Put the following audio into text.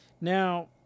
Now